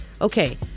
Okay